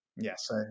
Yes